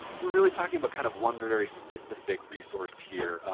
we're really talking about kind of one very specific resource here.